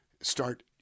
start